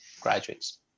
graduates